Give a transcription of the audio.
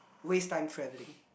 waste time